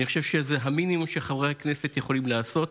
אני חושב שזה המינימום שחברי הכנסת יכולים לעשות.